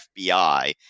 FBI